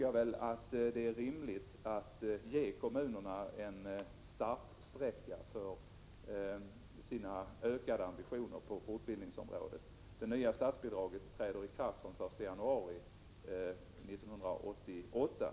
Sedan tycker jag det är rimligt att ge kommunerna en startsträcka för deras ökade ambitioner på fortbildningsområdet. Det nya statsbidraget träder i kraft den 1 januari 1988.